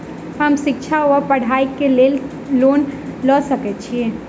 हम शिक्षा वा पढ़ाई केँ लेल लोन लऽ सकै छी?